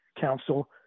council